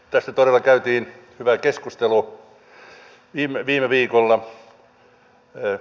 tästä todella käytiin hyvä keskustelu viime viikolla